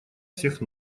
всех